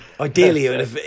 Ideally